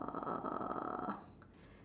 uhh